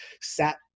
sat